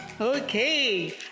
Okay